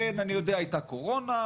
כן, אני יודע, הייתה קורונה.